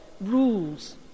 rules